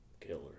killer